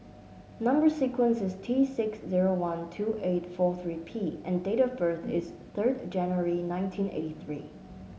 number sequence is T six zero one two eight four three P and date of birth is third January nineteen eighty three